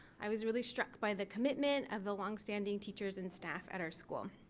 i was really struck by the commitment of the longstanding teachers and staff at our school.